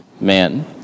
man